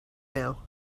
now